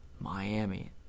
Miami